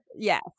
yes